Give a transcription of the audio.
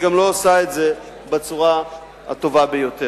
היא גם לא עושה את זה בצורה הטובה ביותר.